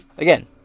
Again